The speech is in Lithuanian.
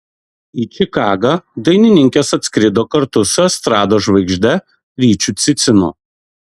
į čikagą dainininkės atskrido kartu su estrados žvaigžde ryčiu cicinu